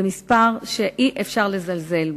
זה מספר שאי-אפשר לזלזל בו,